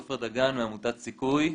עופר דגן מעמותת "סיכוי".